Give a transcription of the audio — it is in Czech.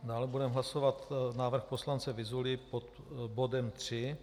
Dále budeme hlasovat návrh poslance Vyzuly pod bodem 3.